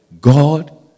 God